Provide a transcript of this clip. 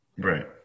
Right